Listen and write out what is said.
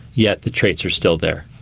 yet the traits are still there.